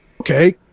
Okay